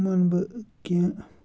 وَن بہٕ کیٚنٛہہ